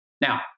Now